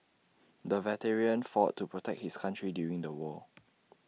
the veteran fought to protect his country during the war